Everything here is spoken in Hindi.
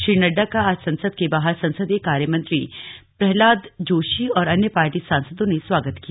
श्री नड्डा का आज संसद के बाहर संसदीय कार्यमंत्री प्रह्लाद जोशी और अन्य पार्टी सांसदों ने स्वागत किया